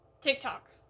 TikTok